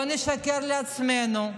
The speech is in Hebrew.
לא נשקר לעצמנו.